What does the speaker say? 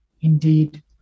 indeed